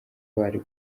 bari